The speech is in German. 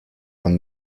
von